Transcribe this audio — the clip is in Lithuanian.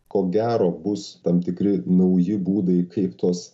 ko gero bus tam tikri nauji būdai kaip tos